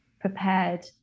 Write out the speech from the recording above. prepared